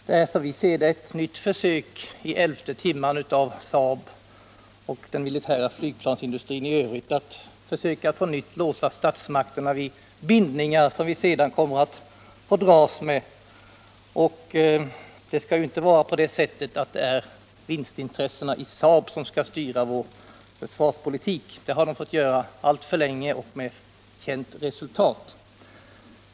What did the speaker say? Det är som vi ser det ett försök i elfte timmen av Saab och den militära flygplansindustrin i övrigt att på nytt låsa statsmakterna vid bindningar som vi sedan kommer att få dras med. Det skall ju inte vara vinstintressen i Saab som styr vår försvarspolitik — det har de fått göra alltför länge med känt resultat.